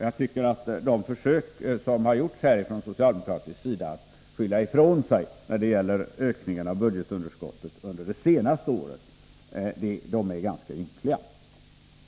Jag tycker att de försök som har gjorts här från socialdemokratisk sida att skylla ifrån sig när det gäller ökningen av budgetunderskottet under de senaste åren är ganska ynkliga.